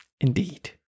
Indeed